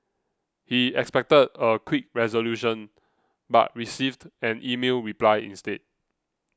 he expected a quick resolution but received an email reply instead